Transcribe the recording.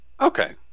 Okay